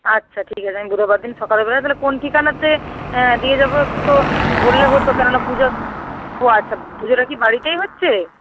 আচ্ছা ঠিক আছে আমি বুধোবার দিন সকালবেলা তাহলে কোন ঠিকানাতে দিয়ে যাবো একটু তো বললে হতো কেননা পুজো ও আচ্ছা পুজোটা কি বাড়িতেই হচ্ছে